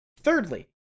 Thirdly